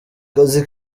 kazi